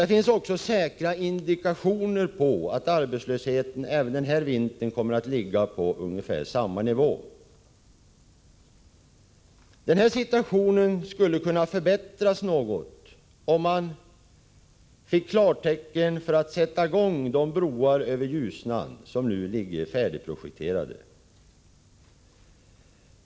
Det finns säkra indikationer på att arbetslösheten den här vintern kommer att ligga på ungefär samma nivå. Situationen skulle kunna förbättras något om man fick klartecken att sätta i gång arbetet med de broar över Ljusnan som nu ligger färdigprojekterade.